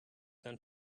than